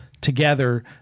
together